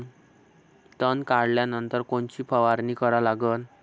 तन काढल्यानंतर कोनची फवारणी करा लागन?